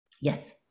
yes